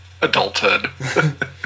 adulthood